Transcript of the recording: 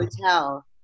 hotel